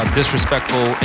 disrespectful